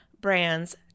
brands